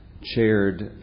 chaired